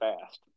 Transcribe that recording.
fast